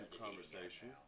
conversation